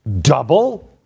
Double